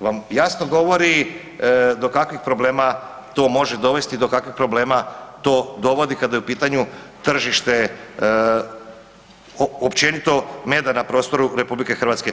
vam jasno govori do kakvih problema to može dovesti, do kakvih problema to dovodi kada je u pitanju tržište općenito meda na prostoru RH.